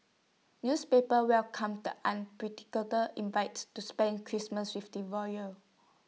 newspapers welcomed an predictor invite to spend Christmas with the royals